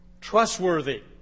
trustworthy